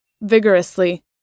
Vigorously